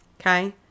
okay